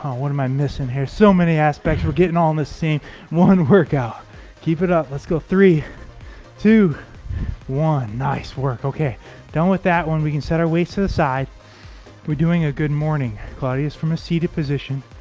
what am i missing here so many aspects we're getting all in this scene one workout keep it up let's go three two one nice work okay done with that one we can set our weights to the side we're doing a good morning claudia is from a seated position